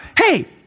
hey